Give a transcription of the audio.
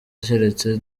keretse